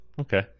okay